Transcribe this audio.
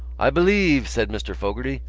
i believe! said mr. fogarty.